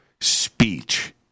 speech